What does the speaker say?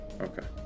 Okay